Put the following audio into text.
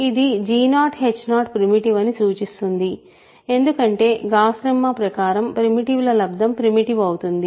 ఇది g0h primitive అని సూచిస్తుంది ఎందుకంటే గాస్ లెమ్మా ప్రకారంప్రిమిటివ్ ల లబ్దం ప్రిమిటివ్ అవుతుంది